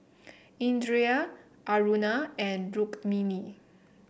Indira Aruna and Rukmini